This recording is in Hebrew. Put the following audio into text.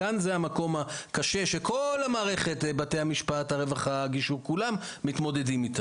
כאן זה המקום הקשה שכל מערכת בתי המשפט וכולם מתמודדים איתה.